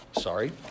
sorry